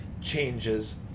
changes